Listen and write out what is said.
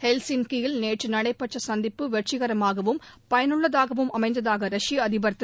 வெற்ல்சிங்கி யில் நேற்று நடைபெற்ற சந்திப்பு வெற்றிகரமாகவும் பயனுள்ளதாகவும் அமைந்ததாக ரஷ்ய அதிபர் திரு